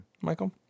Michael